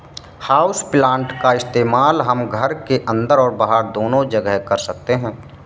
houseplant का इस्तेमाल हम घर के अंदर और बाहर दोनों जगह कर सकते हैं